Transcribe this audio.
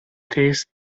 these